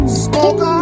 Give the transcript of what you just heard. smoke